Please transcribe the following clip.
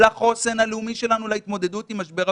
לחוסן הלאומי שלנו להתמודדות עם משבר הקורונה.